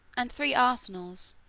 and three arsenals,